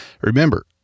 Remember